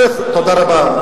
תודה רבה.